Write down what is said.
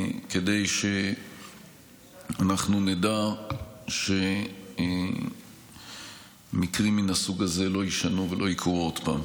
כדי שאנחנו נדע שמקרים מן הסוג הזה לא יישנו ולא יקרו עוד פעם.